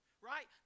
right